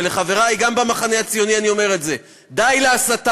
ולחברי גם במחנה הציוני אני אומר את זה, די להסתה.